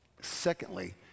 Secondly